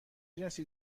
جنسی